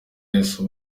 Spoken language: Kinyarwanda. yesu